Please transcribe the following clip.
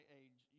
age